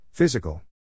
Physical